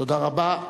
תודה רבה.